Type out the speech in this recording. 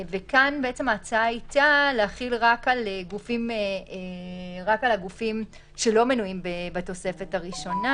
כאן בעצם ההצעה הייתה להחיל רק על הגופים שלא מנויים בתוספת הראשונה,